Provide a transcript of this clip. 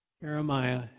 Jeremiah